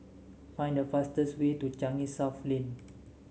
find the fastest way to Changi South Lane